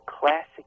classic